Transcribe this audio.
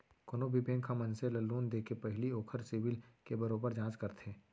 कोनो भी बेंक ह मनसे ल लोन देके पहिली ओखर सिविल के बरोबर जांच करथे